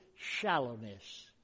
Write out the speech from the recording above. shallowness